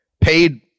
paid